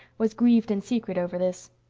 was grieved in secret over this.